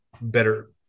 better